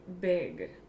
big